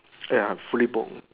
ya free book